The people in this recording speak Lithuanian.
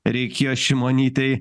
reikėjo šimonytei